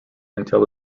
until